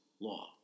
law